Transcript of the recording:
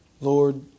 Lord